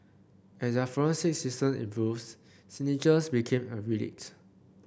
as their forensic systems improves signatures became a relics